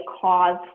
cause